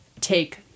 take